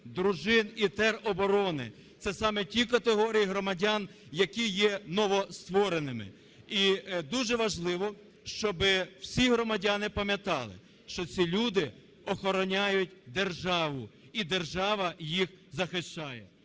дружин і тероборони. Це саме ті категорії громадян, які є новоствореними. І дуже важливо, щоб всі громадяни пам'ятали, що ці люди охороняють державу і держава їх захищає.